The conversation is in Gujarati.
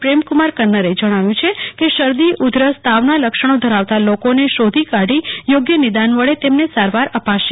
પ્રેમકુમાર કન્નરે જણાવ્યુંય છે કે શરદી ઉધરસ તાવના લક્ષણો ધરાવતા લોકોને શોધી કાઢી યોગ્યક નિદાન વડે તેમણે સારવાર અપાશે